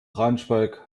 braunschweig